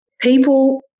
People